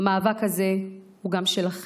המאבק הזה הוא גם שלכם.